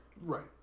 right